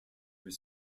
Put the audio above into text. his